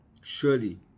Surely